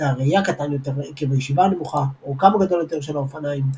שדה הראייה קטן יותר עקב הישיבה הנמוכה אורכם הגדול יותר של האופניים.